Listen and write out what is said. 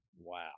Wow